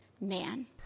man